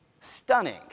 stunning